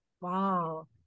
Wow